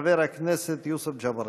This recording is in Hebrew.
חבר הכנסת יוסף ג'בארין.